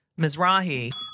Mizrahi